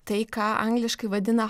tai ką angliškai vadina